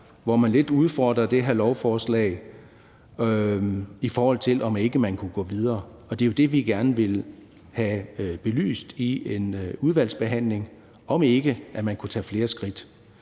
der lidt udfordrer det her lovforslag, i forhold til om ikke man kunne gå videre. Det er jo det, vi gerne vil have belyst i en udvalgsbehandling – altså om ikke man kunne tage flere skridt,